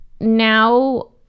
now